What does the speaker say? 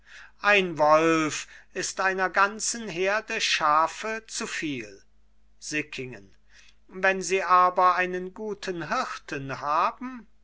ein wolf ist einer ganzen herde schafe zu viel sickingen wenn sie aber einen guten hirten haben